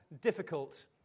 difficult